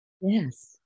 Yes